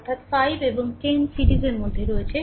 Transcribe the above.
অর্থাৎ 5 এবং 10 সিরিজের মধ্যে রয়েছে